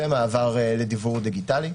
ומעבר לדיוור דיגיטלי.